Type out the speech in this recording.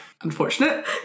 Unfortunate